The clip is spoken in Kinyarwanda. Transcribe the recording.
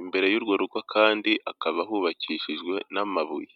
Imbere y'urwo rugo kandi hakaba hubakishijwe n'amabuye.